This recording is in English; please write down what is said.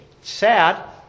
Sad